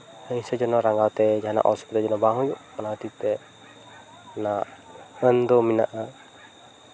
ᱦᱤᱝᱥᱟᱹ ᱡᱚᱱᱱᱚ ᱨᱟᱸᱜᱟᱣ ᱛᱮ ᱡᱟᱦᱟᱸᱱᱟᱜ ᱚᱥᱩᱵᱤᱫᱷᱟ ᱡᱮᱱᱚ ᱵᱟᱝ ᱦᱩᱭᱩᱜ ᱚᱱᱟ ᱠᱷᱟᱹᱛᱤᱨ ᱛᱮ ᱚᱱᱟ ᱟᱹᱱ ᱫᱚ ᱢᱮᱱᱟᱜᱼᱟ